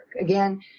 Again